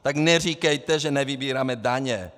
Tak neříkejte, že nevybíráme daně!